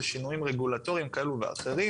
אלה שינויים רגולטוריים כאלו ואחרים